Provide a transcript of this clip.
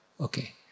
Okay